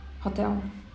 hotel